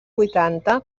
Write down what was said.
vuitanta